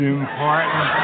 important